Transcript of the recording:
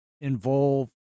involve